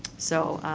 so,